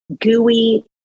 gooey